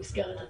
במסגרת התקנות.